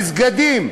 מסגדים.